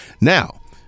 Now